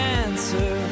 answer